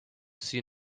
see